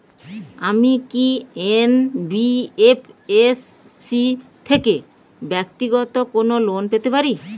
আমি কি এন.বি.এফ.এস.সি থেকে ব্যাক্তিগত কোনো লোন পেতে পারি?